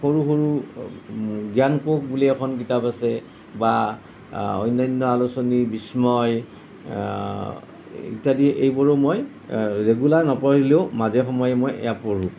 সৰু সৰু জ্ঞানকোষ বুলি এখন কিতাপ আছে বা অন্যান্য আলোচনী বিষ্ময় ইত্যাদি এইবোৰো মই ৰেগুলাৰ নপঢ়িলেও মাজে সময়ে মই এইয়া পঢ়ো